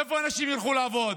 איפה אנשים ילכו לעבוד?